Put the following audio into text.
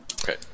Okay